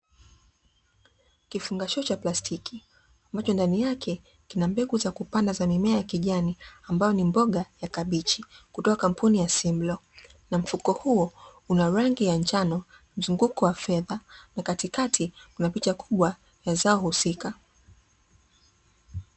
Kifungashio cha plastiki, ambacho ndani yake kina mbegu za kupanda zamimea ya kijani, ambayo ni mboga ya kabichi kutoka kampuni ya Simlaw Seeds na mfuki huo unarangi ya njano mzunguko wa fedha na katikati kunapicha kubwa ya zao husika.